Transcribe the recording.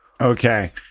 Okay